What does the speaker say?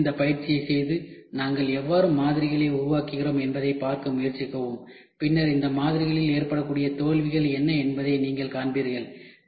தயவுசெய்து இந்த பயிற்சியைச் செய்து நாங்கள் எவ்வாறு மாதிரிகளை உருவாக்குகிறோம் என்பதைப் பார்க்க முயற்சிக்கவும் பின்னர் இந்த மாதிரிகளில் ஏற்படக்கூடிய தோல்விகள் என்ன என்பதை நீங்கள் காண்பீர்கள்